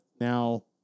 Now